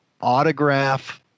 autograph